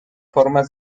formas